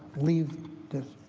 leave this.